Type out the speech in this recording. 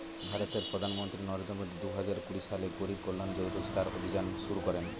ভারতের প্রধানমন্ত্রী নরেন্দ্র মোদি দুহাজার কুড়ি সালে গরিব কল্যাণ রোজগার অভিযান শুরু করেন